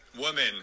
woman